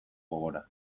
gogora